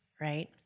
right